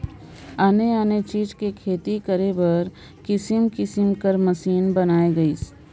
आने आने चीज के खेती करे बर किसम किसम कर मसीन बयन गइसे